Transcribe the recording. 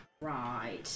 Right